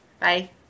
Bye